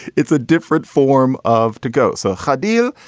it's a different form of to go. so, hadia,